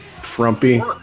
Frumpy